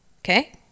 Okay